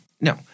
No